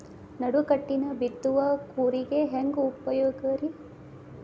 ನಡುಕಟ್ಟಿನ ಬಿತ್ತುವ ಕೂರಿಗೆ ಹೆಂಗ್ ಉಪಯೋಗ ರಿ?